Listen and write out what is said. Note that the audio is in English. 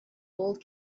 old